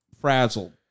frazzled